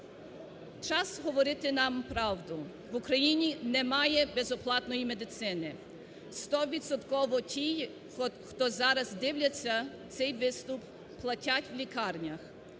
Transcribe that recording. Час говорити нам правду. В Україні немає безоплатної медицини. Стовідсотково ті, хто зараз дивляться цей виступ, платять в лікарнях.